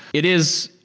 it is,